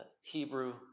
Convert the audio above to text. Hebrew